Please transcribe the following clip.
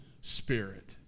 spirit